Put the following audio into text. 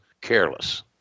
careless